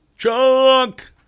Chunk